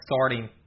starting